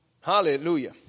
Hallelujah